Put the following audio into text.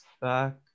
back